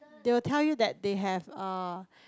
they will tell you that they have uh